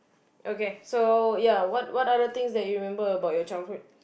okay so ya what what are the things that you remember about your childhood